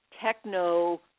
techno